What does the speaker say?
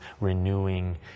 renewing